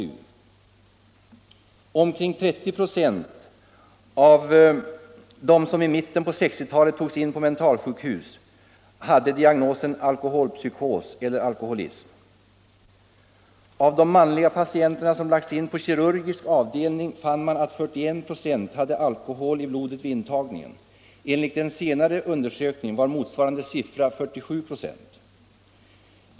ÅR raskt Omkring 30 96 av dem som i mitten på 1960-talet togs in på men = Anslag till kulturäntalsjukhus hade diagnosen alkoholpsykos eller alkoholism. damål Av de manliga patienter som lagts in på kirurgisk avdelning hade 41 96 alkohol i blodet vid intagningen. Vid en senare undersökning var motsvarande siffra 47 96.